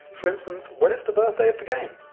for instance, when it's the birthday of the game!